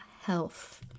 health